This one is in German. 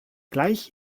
gleich